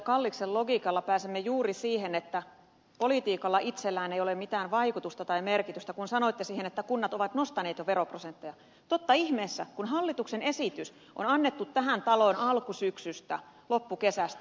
kalliksen logiikalla pääsemme juuri siihen että politiikalla itsellään ei ole mitään vaikutusta tai merkitystä kun sanoitte että kunnat ovat jo nostaneet veroprosentteja totta ihmeessä kun hallituksen esitys on annettu tähän taloon alkusyksystä loppukesästä